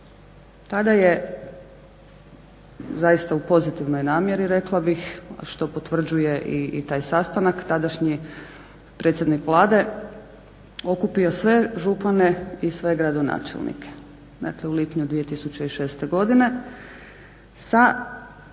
Tada je zaista u pozitivnoj namjeri rekla bih, a što potvrđuje i taj sastanak tadašnji predsjednik Vlade okupio sve župane i sve gradonačelnike. Dakle, u lipnju 2006. godine, sa